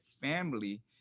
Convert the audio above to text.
family